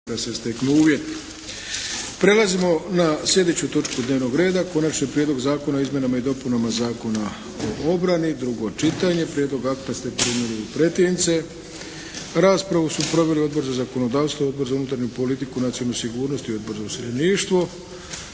Prelazimo na sljedeću točku dnevnog reda - Konačni prijedlog Zakona o izmjenama i dopunama Zakona o obrani, drugo čitanje P.Z. br. 657 Prijedlog akta ste primili u pretince. Raspravu su proveli Odbor za zakonodavstvo, Odbor za unutarnju politiku i nacionalnu sigurnost i Odbor za useljeništvo.